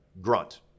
grunt